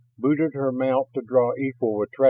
booted her mount to draw equal with